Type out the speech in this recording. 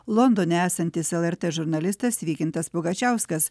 londone esantis lrt žurnalistas vykintas pugačiauskas